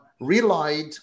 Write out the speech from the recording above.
relied